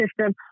system